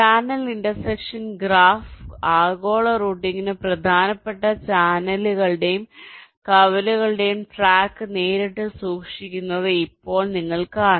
channel intersection graph ആഗോള റൂട്ടിംഗിന് പ്രധാനപ്പെട്ട ചാനലുകളുടെയും കവലകളുടെയും ട്രാക്ക് നേരിട്ട് സൂക്ഷിക്കുന്നത് ഇപ്പോൾ നിങ്ങൾ കാണുന്നു